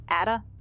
Ada